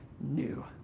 new